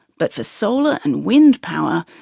but for solar and wind power,